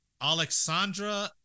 Alexandra